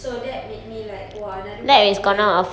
so that made me like !wah! another commitment